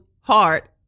heart